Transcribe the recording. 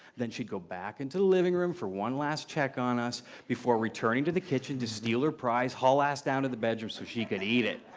then she'd go back into the living room for one last check on us before returning to the kitchen to steal her prize, haul ass down to the bedroom, so she could eat it.